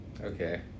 Okay